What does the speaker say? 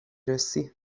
رسی